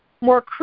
More